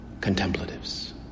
contemplatives